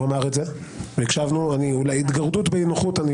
הוא אמר את זה והקשבנו לו - על ההתגרדות באי נוחות אני